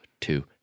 two